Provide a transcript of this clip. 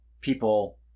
people